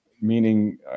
meaning